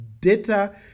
data